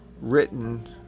written